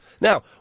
Now